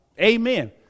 amen